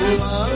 la